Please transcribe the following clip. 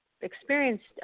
experienced